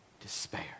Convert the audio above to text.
despair